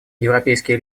европейские